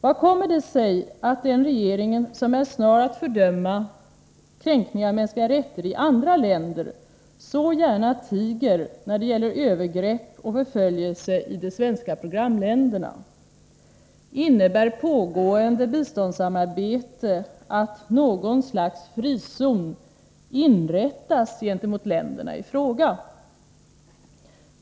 Vad kommer det sig att den regering som är snar att fördöma kränkningar av mänskliga rättigheter i andra länder så gärna tiger när det gäller övergrepp och förföljelse i de svenska programländerna? Innebär pågående biståndssamarbete att något slags frizon inrättas gentemot länderna i fråga?